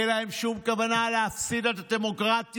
אין להם שום כוונה להפסיד את הדמוקרטיה